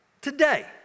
today